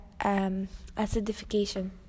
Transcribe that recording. acidification